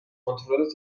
کنترل